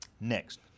Next